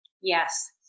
Yes